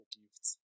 gifts